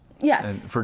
Yes